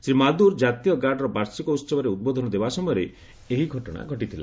ଶ୍ରୀ ମାଦୁର୍ ଜାତୀୟ ଗାର୍ଡର ବାର୍ଷିକ ଉହବରେ ଉଦ୍ବୋଧନ ଦେବା ସମୟରେ ଏହି ଘଟଣା ଘଟିଥିଲା